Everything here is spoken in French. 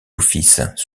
offices